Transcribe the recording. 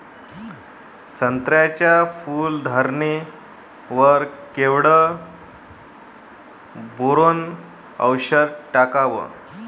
संत्र्याच्या फूल धरणे वर केवढं बोरोंन औषध टाकावं?